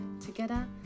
Together